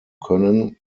können